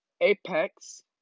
Apex